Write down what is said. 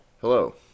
Hello